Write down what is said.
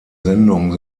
sendung